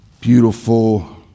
beautiful